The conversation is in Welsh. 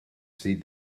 sydd